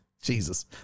Jesus